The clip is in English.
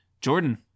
Jordan